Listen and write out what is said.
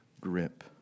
grip